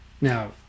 Now